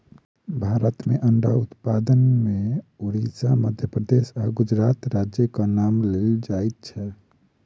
भारत मे अंडा उत्पादन मे उड़िसा, मध्य प्रदेश आ गुजरात राज्यक नाम लेल जाइत छै